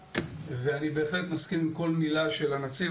ואני בהחלט מסכים עם כל מילה של הנציב,